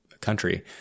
country